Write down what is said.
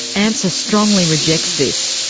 amsa strongly rejects this.